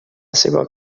seua